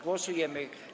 Głosujemy.